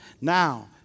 Now